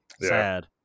Sad